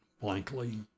blankly